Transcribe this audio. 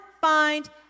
find